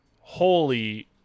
holy